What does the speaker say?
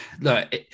Look